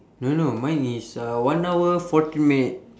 no no mine is uh one hour forty minutes